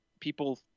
people